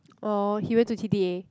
orh he went to t_d_a